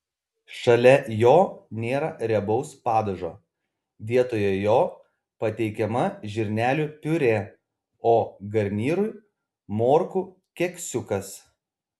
šalia jo nėra riebaus padažo vietoje jo pateikiama žirnelių piurė o garnyrui morkų keksiukas